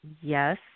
Yes